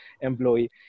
employee